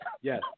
Yes